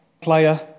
Player